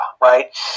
right